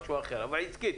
משהו אחר אבל עסקית,